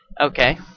Okay